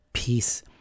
peace